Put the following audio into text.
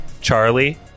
Charlie